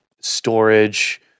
storage